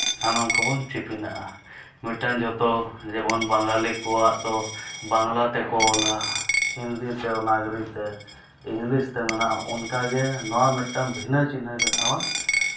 ᱥᱟᱱᱟᱢ ᱠᱚᱵᱚᱱ ᱟᱜᱼᱟ ᱢᱤᱫᱴᱟᱝ ᱡᱚᱛᱚ ᱡᱮᱢᱚᱱ ᱵᱟᱝᱜᱟᱞᱤ ᱠᱚᱣᱟᱜ ᱫᱚ ᱵᱟᱝᱠᱟ ᱛᱮᱠᱚ ᱚᱞᱟ ᱦᱤᱱᱫᱤ ᱛᱮ ᱫᱮᱵᱽᱱᱟᱜᱚᱨᱤ ᱛᱮ ᱤᱝᱞᱤᱥ ᱛᱮ ᱢᱟᱱᱟᱣ ᱚᱱᱠᱟᱜᱮ ᱱᱚᱣᱟ ᱢᱤᱫᱴᱟᱝ ᱵᱷᱤᱱᱟᱹ ᱪᱤᱦᱱᱟᱹ ᱵᱮᱱᱟᱣᱟ